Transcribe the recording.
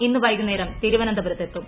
ഇന്ന് വൈകുന്നേരം തിരുവ്ന്തപുരത്ത് എത്തും